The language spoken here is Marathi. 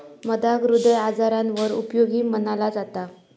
मधाक हृदय आजारांवर उपयोगी मनाला जाता